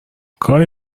کاری